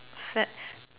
fact